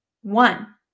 One